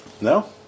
No